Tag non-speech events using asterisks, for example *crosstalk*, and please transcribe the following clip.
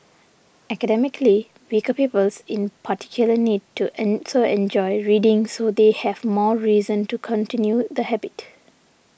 academically weaker pupils in particular need to *hesitation* also enjoy reading so they have more reason to continue the habit